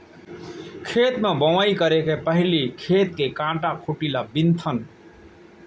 खेत म बोंवई करे के पहिली खेत के कांटा खूंटी ल बिनथन